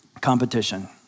competition